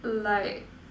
like